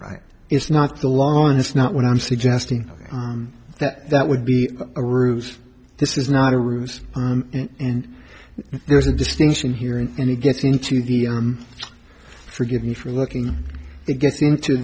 right is not the law and it's not what i'm suggesting that that would be a ruse this is not a ruse and there's a distinction here and and it gets into the forgive me for looking it gets into